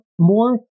more